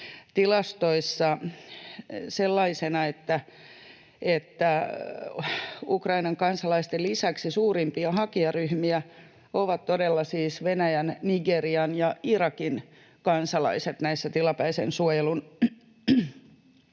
tilastoissa sellaisena, että Ukrainan kansalaisten lisäksi suurimpia hakijaryhmiä ovat todella siis Venäjän, Nigerian ja Irakin kansalaiset näissä tilapäisen suojelun